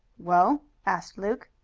well? asked luke.